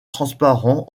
transparents